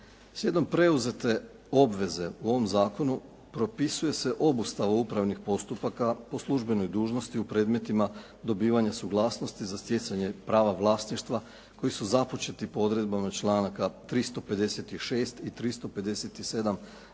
Slijedom preuzete obveze u ovom zakonu propisuje se obustava upravnih postupaka po službenoj dužnosti u predmetima dobivanja suglasnosti za stjecanje prava vlasništva koji su započeti po odredbama članaka 356. i 357.